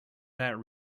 that